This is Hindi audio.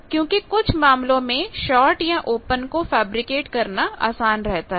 क्योंकि कुछ मामलों में शार्ट या ओपन को फैब्रिकेट करना आसान रहता है